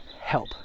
help